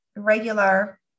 regular